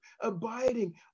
abiding